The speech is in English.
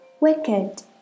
wicked